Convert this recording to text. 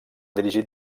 dirigit